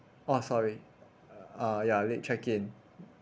oh sorry uh ya late check in